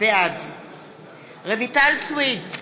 בעד רויטל סויד,